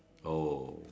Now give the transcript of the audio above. oh